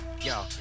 Yo